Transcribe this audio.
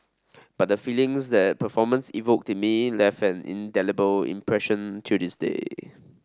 but the feelings that performance evoked me left an indelible impression till this day